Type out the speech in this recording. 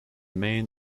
main